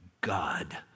God